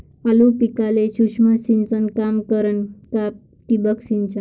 आलू पिकाले सूक्ष्म सिंचन काम करन का ठिबक सिंचन?